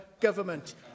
government